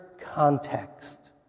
context